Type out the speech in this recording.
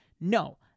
No